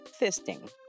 fisting